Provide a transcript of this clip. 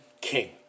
king